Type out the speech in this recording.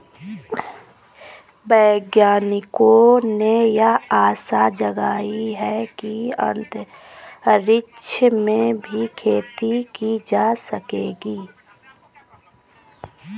वैज्ञानिकों ने यह आशा जगाई है कि अंतरिक्ष में भी खेती की जा सकेगी